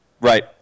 Right